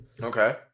Okay